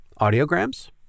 audiograms